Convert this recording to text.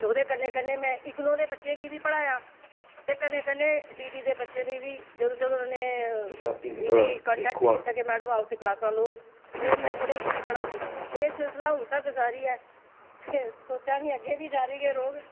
ओह्दे कन्नै कन्नै में इगनु दे बच्चें गी बी पढ़ाया ते कन्नै कन्नै डीडी दे बच्चें गी बी जदूं जदूं उ'नें कंटेक्ट कीता की मैड़म आओ ते क्लासां लैओ ते में उ'नेंगी बी पढ़ांदी रेही ऐं ते एहग् सिलसिला हून तगर जारी ऐ ते सोचा निं आं की अग्गें बी जारी गै रौह्ग